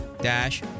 dash